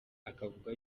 akavuga